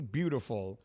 beautiful